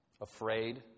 Afraid